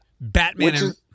Batman